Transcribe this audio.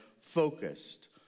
focused